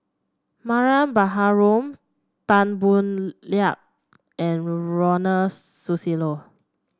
Mariam Baharom Tan Boo Liat and Ronald Susilo